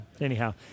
Anyhow